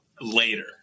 later